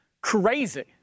crazy